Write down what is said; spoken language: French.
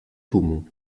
poumons